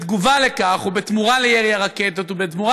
בתגובה לכך ובתמורה לירי הרקטות ובתמורה